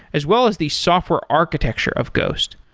as well as the software architecture of ghost.